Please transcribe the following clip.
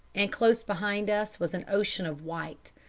and close behind us was an ocean of white,